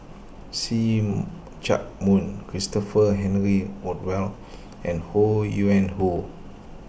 See Chak Mun Christopher Henry Rothwell and Ho Yuen Hoe